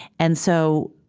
and so,